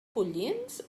pollins